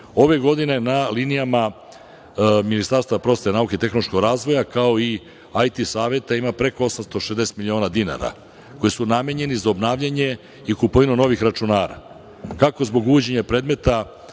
Ove godine na linijama Ministarstva prosvete, nauke i tehnološkog razvoja, kao i IT saveta, ima preko 860 miliona dinara, koji su namenjeni za obnavljanje i kupovinu novih računara, kako zbog uvođenja predmeta